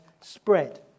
spread